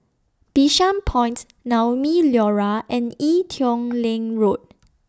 Bishan Point Naumi Liora and Ee Teow Leng Road